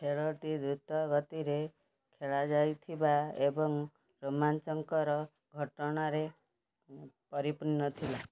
ଖେଳଟି ଦ୍ରୁତ ଗତିରେ ଖେଳାଯାଇଥିଲା ଏବଂ ରୋମାଞ୍ଚକର ଘଟଣାରେ ପରିପୂର୍ଣ୍ଣ ଥିଲା